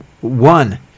One